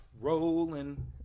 Rolling